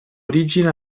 origine